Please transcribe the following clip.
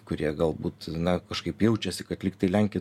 kurie galbūt na kažkaip jaučiasi kad lyg tai lenkija